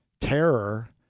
terror